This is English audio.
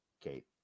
Kate